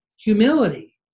humility